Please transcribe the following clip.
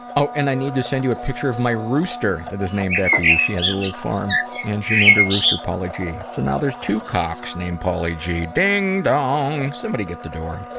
oh and i need to send you a picture of my rooster that is named after you. she has a little farm and she named her rooster pauly g. so now there is two cocks named pauly g. ding dong! somebody get the door.